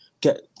get